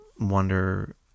wonder